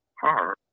hard